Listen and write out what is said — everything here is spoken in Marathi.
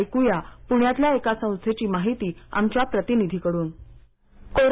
ऐक्या पुण्यातल्या एका संस्थेची माहिती आमच्या प्रतिनिधींकड्रन